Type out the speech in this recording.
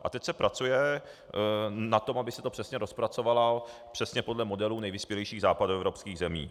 A teď se pracuje na tom, aby se to přesně rozpracovalo, přesně podle modelů nejvyspělejších západoevropských zemí.